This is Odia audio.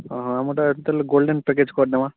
ଓଃ ଆମଟା ତାହାଲେ ଗୋଲ୍ଡ଼େନ୍ ପ୍ୟାକେଜ୍ କରିନେବାଁ